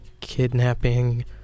kidnapping